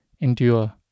endure